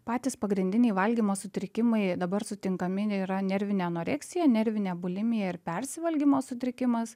patys pagrindiniai valgymo sutrikimai dabar sutinkami yra nervinė anoreksija nervinė bulimija ir persivalgymo sutrikimas